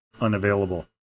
unavailable